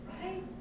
right